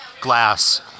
Glass